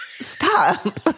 stop